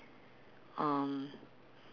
mm